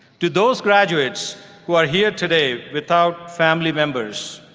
to those graduates who are here today without family members,